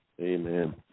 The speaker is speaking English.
Amen